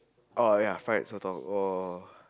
oh ya fried sotong oh